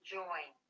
join